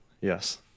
Yes